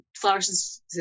flowers